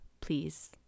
please